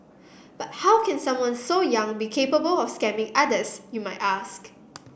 but how can someone so young be capable of scamming others you might ask